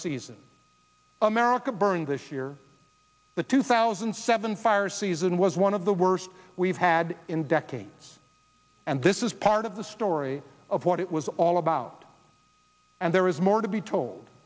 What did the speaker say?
season america burning this year the two thousand and seven fire season was one of the worst we've had in decades and this is part of the story of what it was all about and there is more to be told